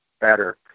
better